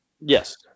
Yes